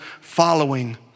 following